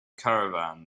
caravan